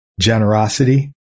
generosity